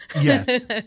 Yes